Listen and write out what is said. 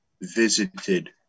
visited